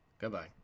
Goodbye